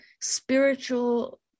spiritual